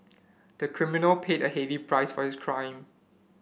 the criminal paid a heavy price for his crime